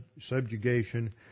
subjugation